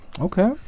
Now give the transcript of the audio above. Okay